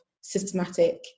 systematic